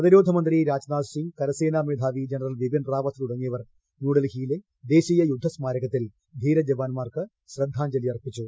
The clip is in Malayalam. പ്രതിരോധ മന്ത്രി രാജ്നാഥ് സിംഗ് കരസേനാ മേധാവി ജനറൽ ബിപിൻ റാവത്ത് തുടങ്ങിയവർ ന്യൂഡൽഹിയിലെ ദേശീയ യുദ്ധ സ്മാരകത്തിൽ ധീരജവാന്മാർക്ക് ശ്രദ്ധാഞ്ജലി അർപ്പിച്ചു